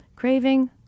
Craving